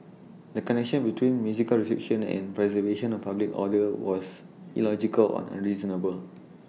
the connection between music restriction and preservation of public order was illogical nor unreasonable